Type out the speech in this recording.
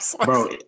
Bro